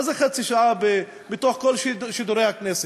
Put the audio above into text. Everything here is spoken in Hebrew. מה זה חצי שעה מתוך כל שידורי הכנסת?